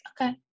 Okay